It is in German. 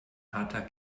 harter